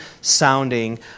sounding